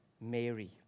Mary